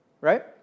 Right